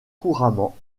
couramment